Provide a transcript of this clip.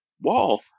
Wall